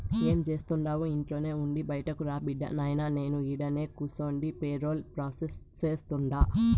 ఏం జేస్తండావు ఇంట్లోనే ఉండి బైటకురా బిడ్డా, నాయినా నేను ఈడనే కూసుండి పేరోల్ ప్రాసెస్ సేస్తుండా